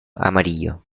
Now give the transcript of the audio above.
amarillo